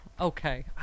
Okay